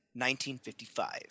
1955